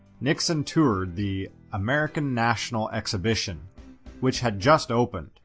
nixon toured the american national exhibition which had just opened.